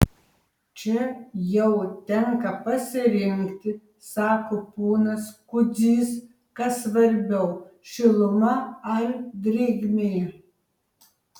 čia jau tenka pasirinkti sako ponas kudzys kas svarbiau šiluma ar drėgmė